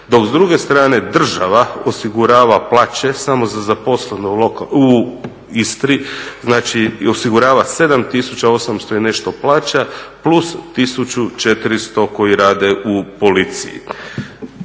dok s druge strane država osigurava plaće samo za zaposlene u Istri, znači osigurava 7800 i nešto plaća plus 1400 koji rade u policiji.